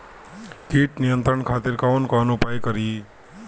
कीट नियंत्रण खातिर कवन कवन उपाय करी?